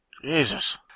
Jesus